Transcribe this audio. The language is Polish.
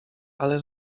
ala